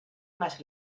más